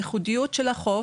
הייחודיות של החוף,